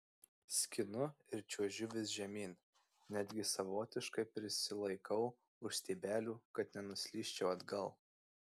skinu ir čiuožiu vis žemyn netgi savotiškai prisilaikau už stiebelių kad nenuslysčiau atgal